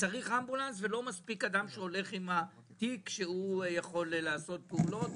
שצריך לה אמבולנס ולא מספיק אדם שהולך עם התיק שיכול לעשות פעולות.